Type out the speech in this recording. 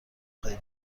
خوای